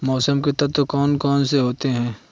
मौसम के तत्व कौन कौन से होते हैं?